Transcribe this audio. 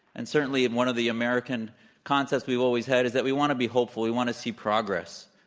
and certainly and one of the american concepts we've always had is that we want to be hopeful we want to see progress.